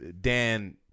Dan